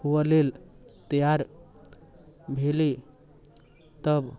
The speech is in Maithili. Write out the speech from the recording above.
हुअ लेल तैयार भेली तब